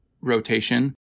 rotation